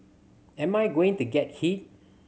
am I going to get hit